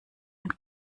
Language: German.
man